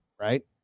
right